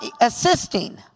assisting